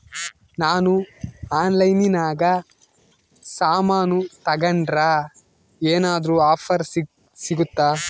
ನಾವು ಆನ್ಲೈನಿನಾಗ ಸಾಮಾನು ತಗಂಡ್ರ ಏನಾದ್ರೂ ಆಫರ್ ಸಿಗುತ್ತಾ?